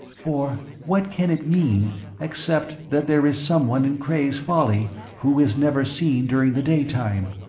for what can it mean except that there is someone in cray's folly who is never seen during the daytime?